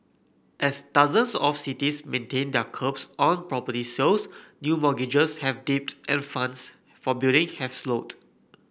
as dozens of cities maintain their curbs on property sales new mortgages have dipped and funds for building have slowed